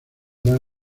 dan